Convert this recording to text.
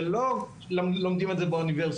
לא לומדים את זה באוניברסיטה.